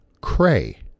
Cray